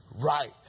right